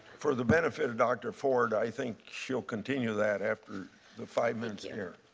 for the benefit of dr. ford, i think she will continue that after the five minutes here.